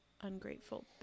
Ungrateful